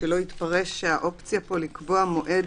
שלא יתפרש שהאופציה פה לקבוע מועד